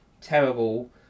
terrible